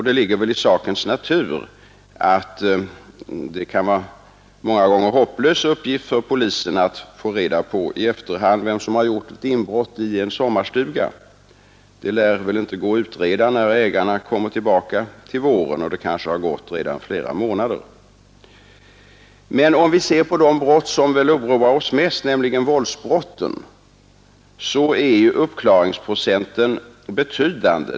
Det ligger väl i sakens natur, att det många gånger kan vara en hopplös uppgift för polisen att i efterhand ta reda på vem som gjort inbrott i en sommarstuga. När ägarna kommer dit på våren har det kanske gått flera månader sedan inbrottet skedde. När det gäller de brott som oroar oss mest, nämligen våldsbrotten, är uppklaringsprocenten betydande.